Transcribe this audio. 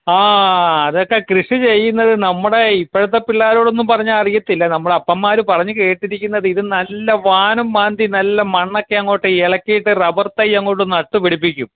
ആ അതൊക്കെ കൃഷി ചെയ്യുന്നത് നമ്മുടെ ഇപ്പഴത്തേപ്പിള്ളാരോടൊന്ന് പറഞ്ഞാൽ അറിയത്തില്ല നമ്മുടെ അപ്പന്മാര് പറഞ്ഞ് കേട്ടിരിക്ക്ന്നതിത് നല്ല വാനം മാന്തി നല്ല മണ്ണൊക്കെ അങ്ങോട്ട് ഇളക്കിയിട്ട് റബ്ബർ ത്തൈ അങ്ങോട്ട് നട്ട്പിടിപ്പിക്കും